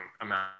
amount